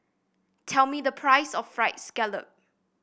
tell me the price of fried scallop